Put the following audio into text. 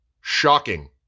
Shocking